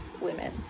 women